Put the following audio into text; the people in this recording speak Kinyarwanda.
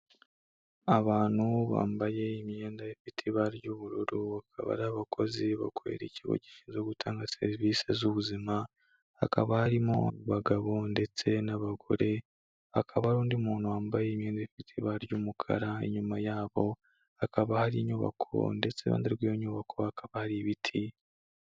Abantu bambaye imyenda ifite ibara ry'ubururu, bakaba ari abakozi bakorera ikigo gishinzwe gutanga serivisi z'ubuzima, hakaba harimo abagabo ndetse n'abagore, hakaba ari undi muntu wambaye imyenda ifite ry'umukara, inyuma yabo hakaba hari inyubako ndetse iruhande rw'iyo nyubako hakaba hari ibiti.